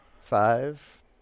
Five